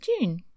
June